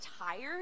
tired